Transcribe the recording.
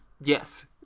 Yes